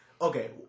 Okay